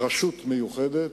רשות מיוחדת,